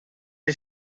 the